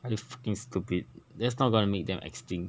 are you fucking stupid that's not going to make them extinct